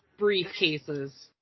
briefcases